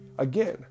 Again